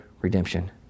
redemption